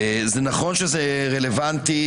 נכון שרלוונטי